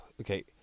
okay